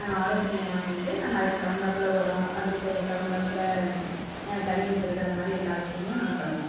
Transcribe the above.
நாங்கள் ஆலோசனை வாங்கிக்கிட்டு நாங்கள் அதுக்கு தகுந்தாப்பில உரம் அதுக்கு த தகுந்தாப்பில தண்ணி ஊற்றுறது அந்த மாரி எல்லா விஷயமுமே நாங்கள் பண்ணுவோம்